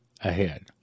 ahead